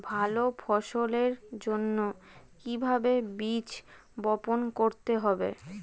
ভালো ফসলের জন্য কিভাবে বীজ বপন করতে হবে?